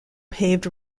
paved